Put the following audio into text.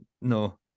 no